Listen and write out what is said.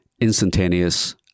instantaneous